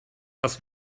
das